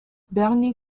bernie